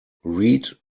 read